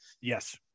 Yes